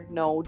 no